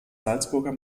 salzburger